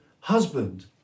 husband